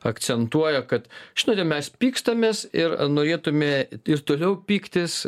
akcentuoja kad žinote mes pykstamės ir norėtume ir toliau pyktis